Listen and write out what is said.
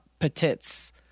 Petits